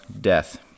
death